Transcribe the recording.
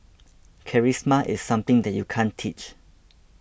charisma is something that you can't teach